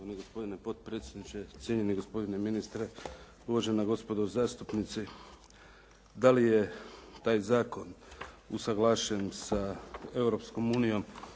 gospodine potpredsjedniče, cijenjeni gospodine ministre, uvažena gospodo zastupnici. Da li je taj zakon usuglašen sa Europskoj unijom,